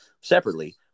separately